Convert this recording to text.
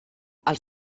els